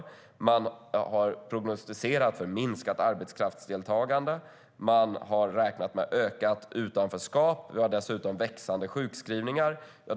Man har prognostiserat för minskat arbetskraftsdeltagande. Man har räknat med ökat utanförskap. Vi har dessutom ett växande antal sjukskrivningar.